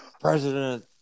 President